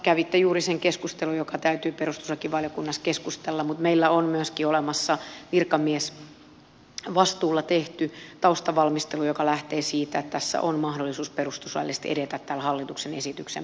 kävitte juuri sen keskustelun joka täytyy perustuslakivaliokunnassa keskustella mutta meillä on myöskin olemassa virkamiesvastuulla tehty taustavalmistelu joka lähtee siitä että tässä on mahdollisuus perustuslaillisesti edetä tällä hallituksen esityksen pohjalla